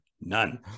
None